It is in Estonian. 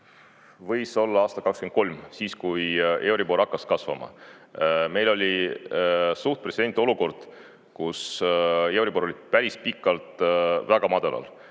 võis olla aastal 2023, siis, kui euribor hakkas kasvama. Meil oli suht pretsedenditu olukord, kus euribor oli päris pikalt väga madalal.